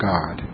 God